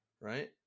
right